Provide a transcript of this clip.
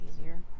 easier